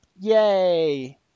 Yay